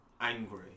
angry